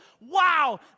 Wow